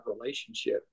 relationship